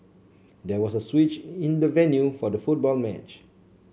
there was a switch in the venue for the football match